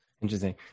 Interesting